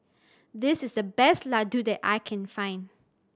this is the best Ladoo that I can find